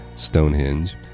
Stonehenge